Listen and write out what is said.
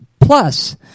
Plus